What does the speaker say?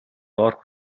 доорх